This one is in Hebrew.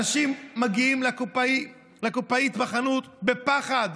אנשים מגיעים לקופאית בחנות בפחד,